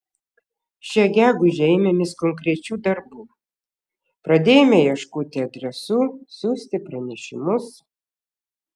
šią gegužę ėmėmės konkrečių darbų pradėjome ieškoti adresų siųsti pranešimus